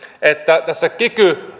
että tässä kiky